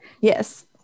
yes